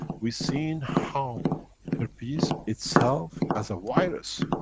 we've seen how herpes itself, as a virus,